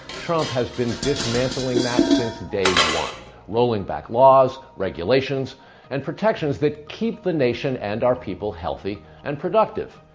trump has been dismantling that since day one rolling back laws regulations and protections that keep the nation and our people healthy and productive.